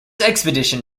expedition